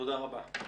תודה רבה.